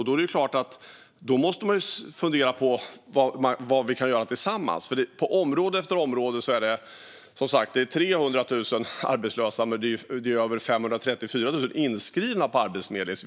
Då är det klart att vi måste fundera på vad vi kan göra tillsammans. Det finns som sagt 300 000 arbetslösa, men det är över 534 000 som är inskrivna på Arbetsförmedlingen.